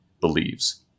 believes